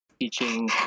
teaching